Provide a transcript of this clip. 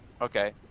Okay